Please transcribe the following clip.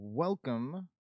Welcome